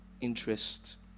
interest